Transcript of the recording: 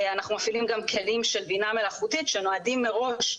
אנחנו מפעילים גם כלים של בינה מלאכותית שנועדים מראש,